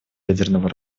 ядерного